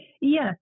Yes